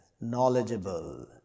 Knowledgeable